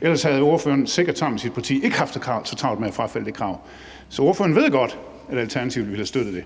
ellers havde ordføreren sikkert sammen med sit parti ikke haft så travlt med at frafalde det krav. Så ordføreren ved godt, at Alternativet ville have støttet det.